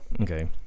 Okay